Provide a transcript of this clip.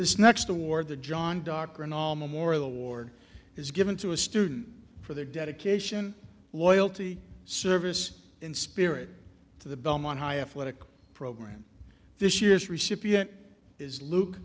this next award the john dr and all memorial award is given to a student for their dedication loyalty service in spirit to the belmont high f what a program this year's recipient is luke